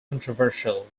controversial